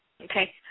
Okay